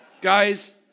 Guys